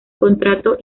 contrato